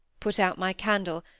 put out my candle,